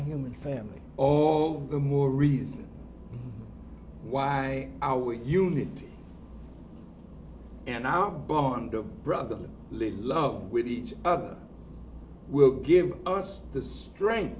human family all the more reason why our unity and our bond of brotherly love with each other will give us the strength